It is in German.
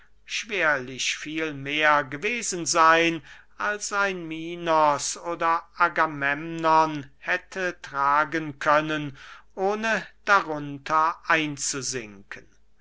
schwerlich viel mehr gewesen seyn als ein minos oder agamemnon hätte tragen können ohne darunter einzusinken